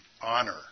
honor